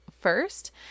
first